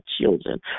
children